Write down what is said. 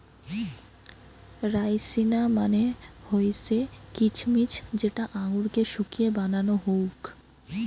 রাইসিনা মানে হৈসে কিছমিছ যেটা আঙুরকে শুকিয়ে বানানো হউক